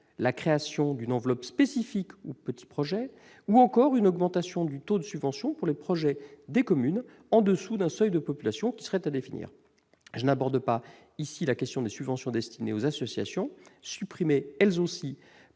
la création d'une enveloppe spécifique aux petits projets ou encore une augmentation du taux de subvention pour les projets des communes en dessous d'un seuil de population qui serait à définir. Je n'aborde pas ici la question des subventions destinées aux associations, qui ont été supprimées, elles aussi